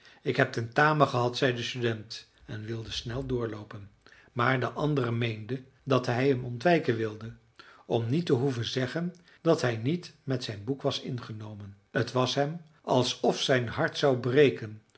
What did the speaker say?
ik heb tentamen gehad zei de student en wilde snel doorloopen maar de andere meende dat hij hem ontwijken wilde om niet te hoeven zeggen dat hij niet met zijn boek was ingenomen t was hem alsof zijn hart zou breken